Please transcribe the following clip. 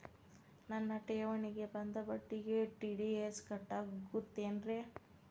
ನನ್ನ ಠೇವಣಿಗೆ ಬಂದ ಬಡ್ಡಿಗೆ ಟಿ.ಡಿ.ಎಸ್ ಕಟ್ಟಾಗುತ್ತೇನ್ರೇ?